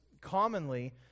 commonly